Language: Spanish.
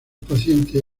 pacientes